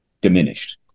diminished